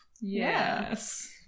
Yes